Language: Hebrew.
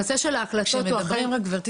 הנושא של ההקלטות --- גברתי,